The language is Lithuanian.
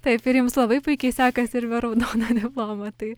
taip ir jums labai puikiai sekasi ir be raudono diplomo tai